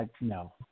no